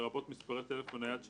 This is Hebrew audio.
לרבות מספרי טלפון נייד,